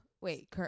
wait